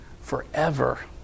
forever